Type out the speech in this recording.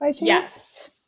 yes